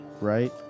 right